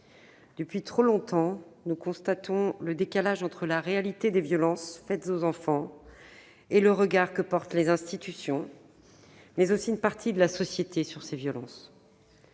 Depuis trop longtemps, nous constatons le décalage entre la réalité des violences faites aux enfants et le regard que portent les institutions, mais aussi une partie de la société, sur ces violences.